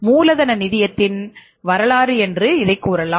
மூலதன நிதியத்தின் வரலாறு என்று இதைக்கூறலாம்